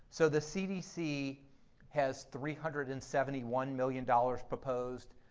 so the cdc has three hundred and seventy one million dollars proposed.